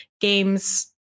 games